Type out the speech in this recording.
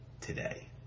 today